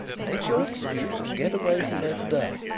make your excuse and get away from there to-day.